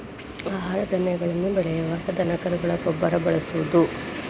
ಆಹಾರ ಧಾನ್ಯಗಳನ್ನ ಬೆಳಿಯುವಾಗ ದನಕರುಗಳ ಗೊಬ್ಬರಾ ಬಳಸುದು